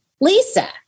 Lisa